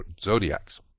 zodiacs